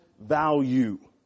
value